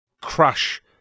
crush